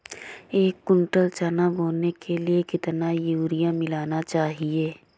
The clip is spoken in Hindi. एक कुंटल चना बोने के लिए कितना यूरिया मिलाना चाहिये?